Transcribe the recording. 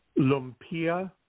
Lumpia